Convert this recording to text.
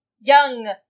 young